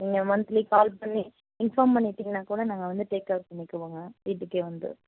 நீங்கள் monthly call பண்ணி inform பண்ணிவிட்டிங்கன்னா கூட நாங்கள் வந்து டேக்ஓவர் பண்ணிக்குவோங்க வீட்டுக்கே வந்து